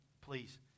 please